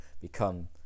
become